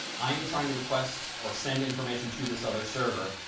i am trying to request or send information to this other server.